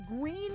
green